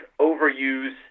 overuse